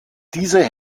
diese